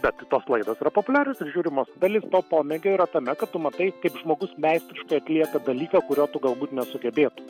bet tos laidos yra populiarios ir žiūrimos dalis to pomėgio yra tame kad tu matai kaip žmogus meistriškai atlieka dalyką kurio tu galbūt nesugebėtum